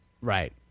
Right